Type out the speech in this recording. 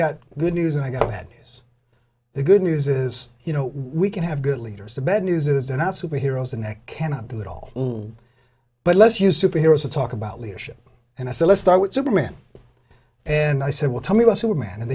got good news and i got ahead as the good news is you know we can have good leaders the bad news is that they're not superheroes and they cannot do it all but let's use superheroes to talk about leadership and i say let's start with superman and i said well tell me about superman and